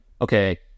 okay